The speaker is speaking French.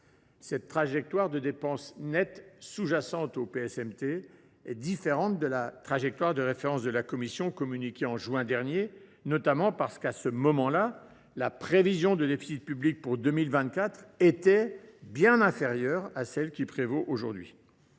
Cette trajectoire de dépenses nettes, sous jacente au PSMT, est différente de la trajectoire de référence de la Commission européenne communiquée en juin dernier, notamment parce que, à ce moment là, la prévision de déficit public pour 2024 était bien inférieure à celle qui prévaut aujourd’hui.